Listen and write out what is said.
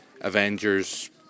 Avengers